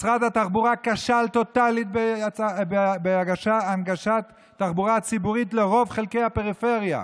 משרד התחבורה כשל טוטלית בהנגשת התחבורה הציבורית לרוב חלקי הפריפריה.